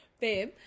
babe